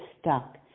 stuck